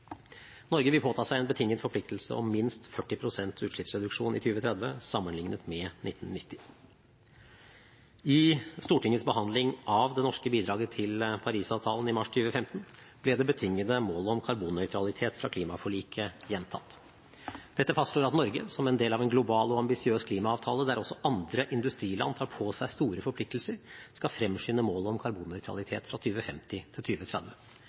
Norge vil påta seg en betinget forpliktelse om minst 40 pst. utslippsreduksjon i 2030 sammenlignet med 1990. I Stortingets behandling av det norske bidraget til Paris-avtalen i mars 2015 ble det betingede målet om karbonnøytralitet fra klimaforliket gjentatt. Dette fastslår at Norge, som en del av en global og ambisiøs klimaavtale der også andre industriland tar på seg store forpliktelser, skal fremskynde målet om karbonnøytralitet fra 2050 til